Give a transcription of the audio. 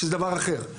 שזה דבר אחר,